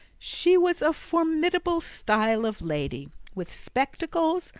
she was a formidable style of lady with spectacles,